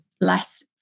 less